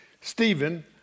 Stephen